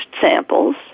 samples